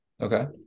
Okay